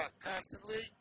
constantly